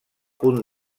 punt